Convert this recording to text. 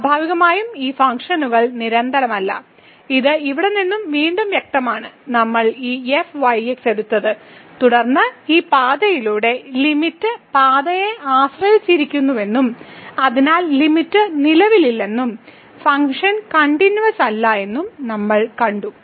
സ്വാഭാവികമായും ഈ ഫംഗ്ഷനുകൾ നിരന്തരമല്ല ഇത് ഇവിടെ നിന്ന് വീണ്ടും വ്യക്തമാണ് നമ്മൾ ഈ fyx എടുത്തത് തുടർന്ന് ഈ പാതയിലൂടെ ലിമിറ്റ് പാതയെ ആശ്രയിച്ചിരിക്കുന്നുവെന്നും അതിനാൽ ലിമിറ്റ് നിലവിലില്ലെന്നും ഫംഗ്ഷൻ കണ്ടിന്യൂവസ് അല്ലെന്നും നമ്മൾ കണ്ടു